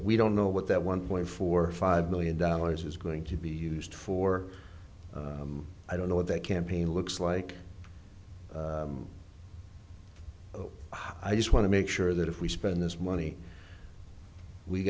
we don't know what that one point four five million dollars is going to be used for i don't know what that campaign looks like oh i just want to make sure that if we spend this money we